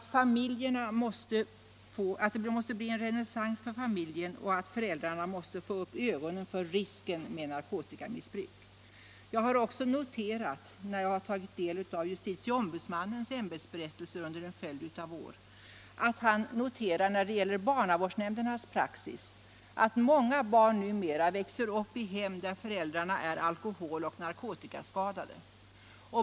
Det måste bli en renässans för familjen, och föräldrarna måste få upp ögonen för risken med narkotikamissbruk. När jag har tagit del av JO:s ämbetsberättelser. under en följd av år har jag konstaterat att han då det gäller barnavårdsnämndernas praxis noterar att många barn numera växer upp i hem där föräldrarna är alkoholoch narkotikaskadade.